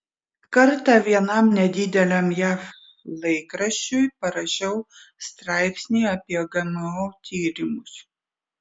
kartą vienam nedideliam jav laikraščiui parašiau straipsnį apie gmo tyrimus